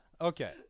Okay